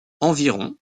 environ